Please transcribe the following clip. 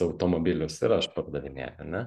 automobilius ir aš pardavinėju ar ne